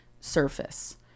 surface